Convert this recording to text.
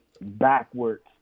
backwards